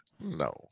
No